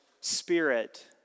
spirit